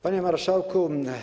Panie Marszałku!